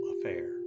affair